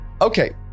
Okay